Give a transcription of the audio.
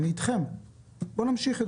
בואו נמשיך.